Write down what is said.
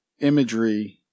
imagery –